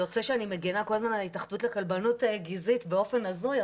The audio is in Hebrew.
יוצא שאני מגנה כל הזמן על ההתאחדות לכלבנות גזעית באופן הזוי,